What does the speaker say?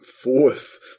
fourth